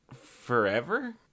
forever